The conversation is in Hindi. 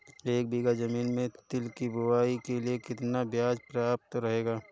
एक बीघा ज़मीन में तिल की बुआई के लिए कितना बीज प्रयाप्त रहेगा?